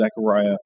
Zechariah